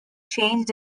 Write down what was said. changed